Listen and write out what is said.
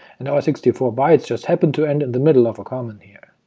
and our sixty four bytes just happen to end in the middle of a comment here.